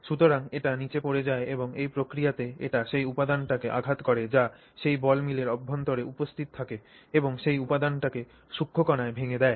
সুতরাং এটি নিচে পড়ে যায় এবং এই প্রক্রিয়াতে এটি সেই উপাদানটিকে আঘাত করে যা সেই বল মিলের অভ্যন্তরে উপস্থিত থাকে এবং সেই উপাদানটিকে সূক্ষ্ম কণায় ভেঙে দেয়